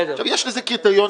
יש לזה קריטריונים,